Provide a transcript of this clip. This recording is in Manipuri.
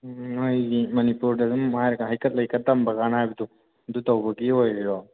ꯎꯝ ꯍꯥꯏꯗꯤ ꯃꯅꯤꯄꯨꯔꯗ ꯑꯗꯨꯝ ꯍꯥꯏꯔꯒ ꯍꯩꯀꯠ ꯂꯩꯀꯠ ꯇꯝꯕꯀꯥꯏꯅ ꯍꯥꯏꯕꯗꯨ ꯑꯗꯨ ꯇꯧꯕꯒꯤ ꯑꯣꯏꯔꯤꯔꯣ